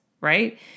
right